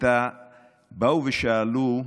באו ושאלו: